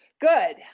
good